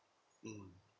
mm